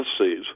seas